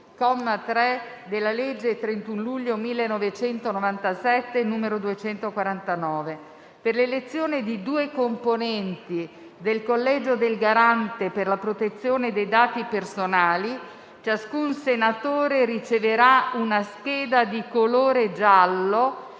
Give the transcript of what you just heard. comma 3, della legge 31 luglio 1997, n. 249. Per l'elezione di due componenti del Collegio del Garante per la protezione dei dati personali, ciascun senatore riceverà una scheda di colore giallo,